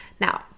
Now